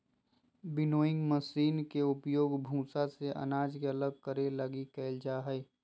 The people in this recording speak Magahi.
विनोइंग मशीन के उपयोग भूसा से अनाज के अलग करे लगी कईल जा हइ